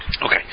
Okay